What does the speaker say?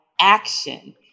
action